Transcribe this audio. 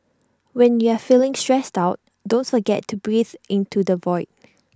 when you are feeling stressed out don't forget to breathe into the void